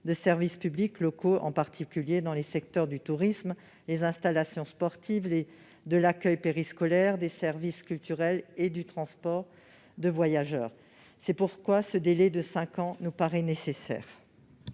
de services publics locaux, en particulier dans les secteurs du tourisme, des installations sportives, de l'accueil périscolaire, des services culturels ou du transport de voyageurs. C'est pourquoi ce délai de cinq ans nous paraît nécessaire.